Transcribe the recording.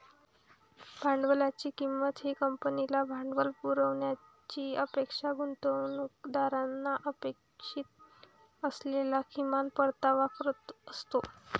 भांडवलाची किंमत ही कंपनीला भांडवल पुरवण्याची अपेक्षा गुंतवणूकदारांना अपेक्षित असलेला किमान परतावा असतो